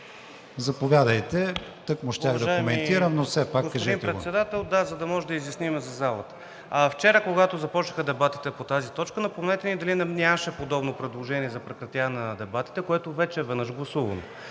Заповядайте. Тъкмо щях да коментирам, но все пак кажете.